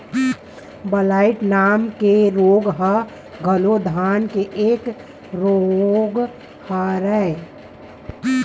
blight नामक रोग ह घलोक धान के एक रोग हरय